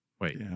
Wait